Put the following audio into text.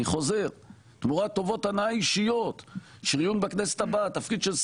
אני מבקש לאפשר לחברי הכנסת מקום לשבת מסביב לשולחן.